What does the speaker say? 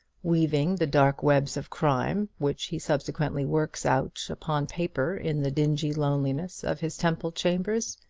weaving the dark webs of crime which he subsequently works out upon paper in the dingy loneliness of his temple chambers.